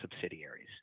subsidiaries